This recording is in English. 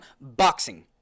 boxing